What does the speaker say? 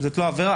זאת לא עבירה.